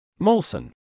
Molson